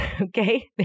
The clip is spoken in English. okay